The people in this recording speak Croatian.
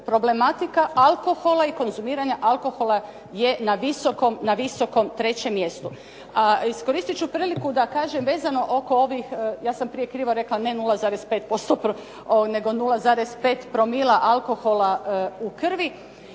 problematika alkohola i konzumiranja alkohola je na visokom trećem mjestu. Iskoristit ću priliku da kažem vezano oko ovih, ja sam prije krivo rekla ne 0,5% nego 0,5 promila alkohola u krvi.